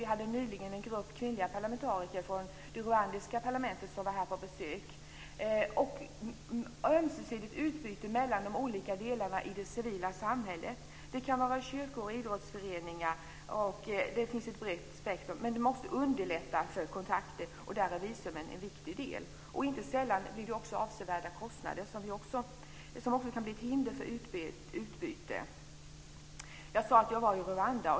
Nyligen var en grupp kvinnliga parlamentariker från det rwandiska parlamentet på besök här. Ömsesidigt utbyte mellan olika delar i det civila samhället - t.ex. kyrkor och idrottsföreningar - måste underlättas. Där är visum en viktig del. Inte sällan blir det avsevärda kostnader som kan utgöra hinder för ett utbyte. Jag sade att jag hade varit i Rwanda.